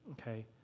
Okay